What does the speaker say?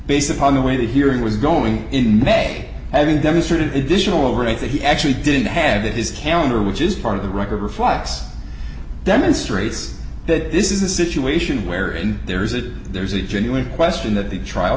based upon the way the hearing was going in may have been demonstrated additional rate that he actually didn't have that his calendar which is part of the record reflects demonstrates that this is a situation where in there is it there is a genuine question that the trial